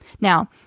Now